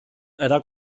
era